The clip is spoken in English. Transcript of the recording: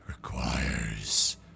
requires